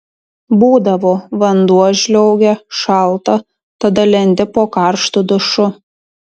būdavo vanduo žliaugia šalta tada lendi po karštu dušu